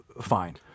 fine